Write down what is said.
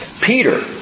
Peter